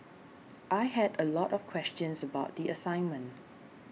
I had a lot of questions about the assignment